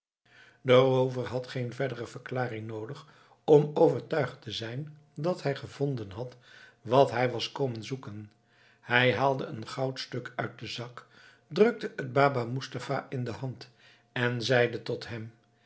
roover had geen verdere verklaringen noodig om overtuigd te zijn dat hij gevonden had wat hij was komen zoeken hij haalde een goudstuk uit den zak drukte het baba moestapha in de hand en zeide tot hem